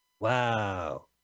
Wow